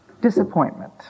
disappointment